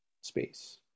space